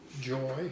joy